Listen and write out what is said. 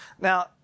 Now